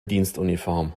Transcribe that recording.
dienstuniform